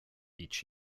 each